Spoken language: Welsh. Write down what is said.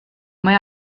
mae